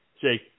Jake